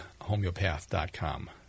homeopath.com